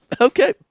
okay